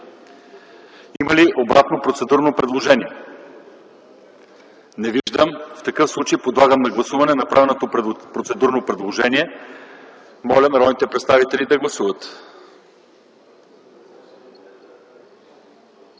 Има ли обратно процедурно предложение? Не виждам. В такъв случай подлагам на гласуване направеното процедурно предложение. Моля, народните представители да гласуват.